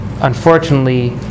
unfortunately